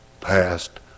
past